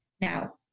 Now